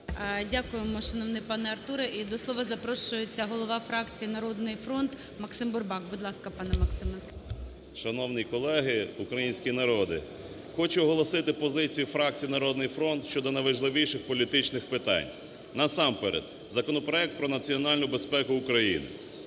Дякуємо, шановний пане Артуре. І до слова запрошується голова фракції "Народний фронт" Максим Бурбак. Будь ласка, пане Максиме. 10:28:35 БУРБАК М.Ю. Шановні колеги, український народе! Хочу оголосити позиції фракції "Народний фронт" щодо найважливіших політичних питань. Насамперед законопроект про національну безпеку України.